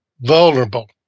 vulnerable